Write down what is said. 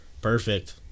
Perfect